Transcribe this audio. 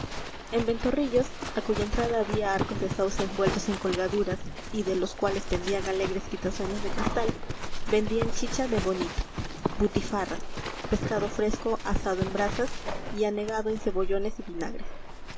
en ventorrillos a cuya entrada había arcos de sauce envueltos en colgaduras y de los cuales pendían alegres quitasueños de cristal vendían chicha de bonito butifarras pescado fresco asado en brasas y anegado en cebollones y vinagre